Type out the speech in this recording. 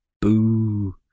Boo